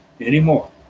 anymore